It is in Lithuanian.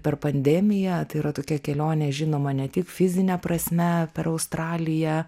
per pandemiją tai yra tokia kelionė žinoma ne tik fizine prasme per australiją